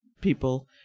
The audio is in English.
people